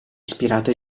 ispirato